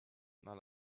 not